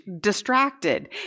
distracted